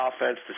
offense